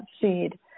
seed